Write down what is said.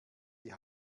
die